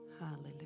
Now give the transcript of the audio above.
Hallelujah